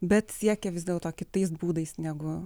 bet siekia vis dėl to kitais būdais negu